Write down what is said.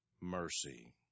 Mercy